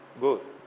Good